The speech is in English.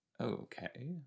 Okay